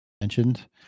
mentioned